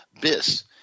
Biss